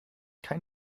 kein